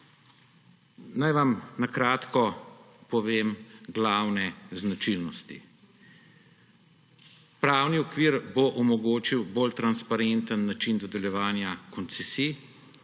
Naj vam na kratko povem glavne značilnosti. Pravni okvir bo omogočil bolj transparenten način dodeljevanja koncesij